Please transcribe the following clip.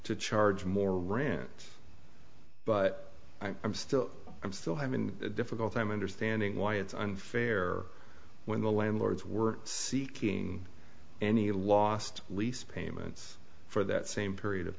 to charge more rants but i'm still i'm still having a difficult time understanding why it's unfair when the landlords were seeking any last lease payments for that same period of